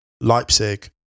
leipzig